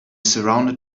surrounded